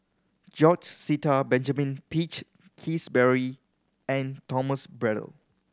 George Sita Benjamin Peach Keasberry and Thomas Braddell